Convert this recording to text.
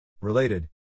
Related